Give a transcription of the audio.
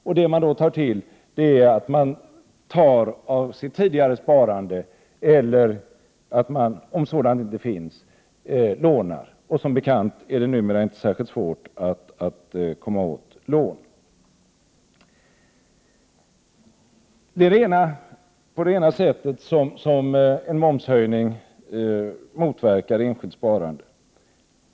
Det som man då griper till är att ta av sitt tidigare sparande eller, om sådant inte finns, låna. Och som bekant är det numera inte särskilt svårt att komma åt lån. Det är det ena sätt på vilket en momshöjning motverkar enskilt sparande.